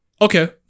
Okay